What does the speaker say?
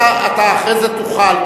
אתה אחרי זה תוכל,